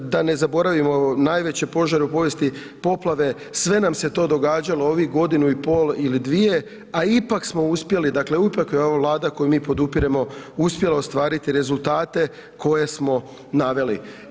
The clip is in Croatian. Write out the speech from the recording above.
Da ne zaboravimo najveće požare u povijesti, poplave, sve nam se to događalo ovih godinu i pol i dvije a ipak smo uspjeli, dakle ipak je ova Vlada koju mi podupiremo uspjela ostvariti rezultate koje smo naveli.